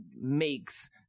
makes